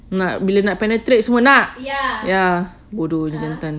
bila nak penetrate semua nak ya bodohnya jantan